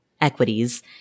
equities